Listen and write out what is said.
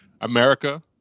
America